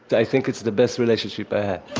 i think it's the best relationship i had